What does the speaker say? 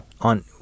on